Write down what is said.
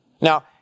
Now